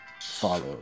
follow